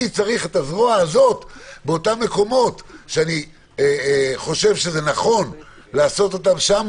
אני צריך את הזרוע הזאת באותם מקומות שאני חושב שנכון לעשות אותם שם